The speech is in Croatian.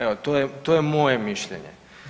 Evo to je moje mišljenje.